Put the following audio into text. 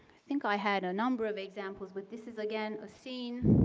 think i had a number of examples but this is again a scene.